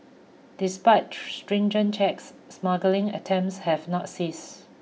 despite stringent checks smuggling attempts have not cease